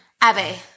Abby